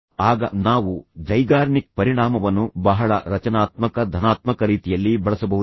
ಆಗ ನಾವು ಝೈಗಾರ್ನಿಕ್ ಪರಿಣಾಮವನ್ನು ಬಹಳ ರಚನಾತ್ಮಕ ಧನಾತ್ಮಕ ರೀತಿಯಲ್ಲಿ ಬಳಸಬಹುದೇ